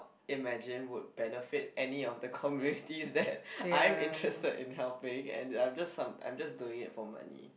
imagine would benefit any of the communities that I'm interested in helping I'm just I'm just doing it for money